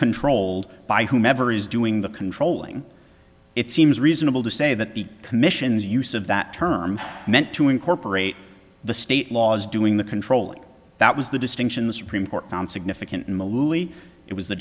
controlled by whomever is doing the controlling it seems reasonable to say that the commission's use of that term meant to incorporate the state laws doing the controlling that was the distinction the supreme court found significant i